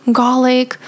garlic